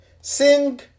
Sing